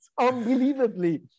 unbelievably